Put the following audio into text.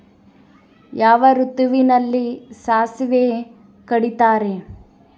ಯಾವ ಋತುವಿನಲ್ಲಿ ಸಾಸಿವೆ ಕಡಿತಾರೆ?